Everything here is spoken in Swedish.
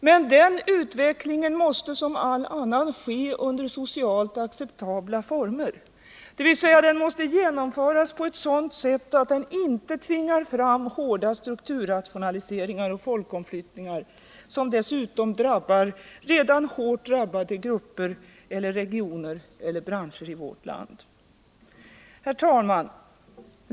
Men den utvecklingen måste som all annan ske under socialt acceptabla former, dvs. den måste genomföras på ett sådant sätt att den inte tvingar fram hårda strukturrationaliseringar och folkomflyttningar som dessutom drabbar redan hårt drabbade grupper, regioner och branscher i vårt land. Herr talman!